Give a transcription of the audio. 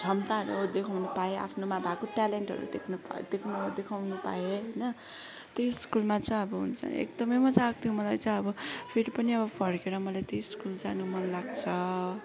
क्षमताहरू दखाउनु पायो आफ्नोमा भएको ट्यालेन्टहरू देख्नु पा देख्नु देखाउन पायो होइन त्यो स्कुलमा चाहिँ अब हुन्छ नि एकदमै मज्जा आएको थियो मलाई चाहिँ अब फेरि पनि अब फर्केर मलाई त्यही स्कुल जानु मन लाग्छ